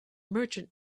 merchant